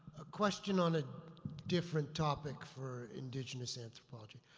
a question on a different topic for indigenous anthropology.